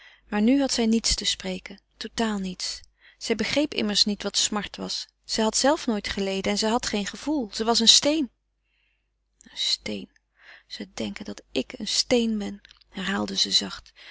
maar nu had zij niets te spreken totaal niets zij begreep immers niet wat smart was zij had zelve nooit geleden en zij had geen gevoel ze was een steen een steen ze denken dat ik een steen ben herhaalde ze zacht